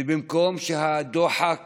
ובמקום שהדוחק